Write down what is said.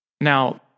Now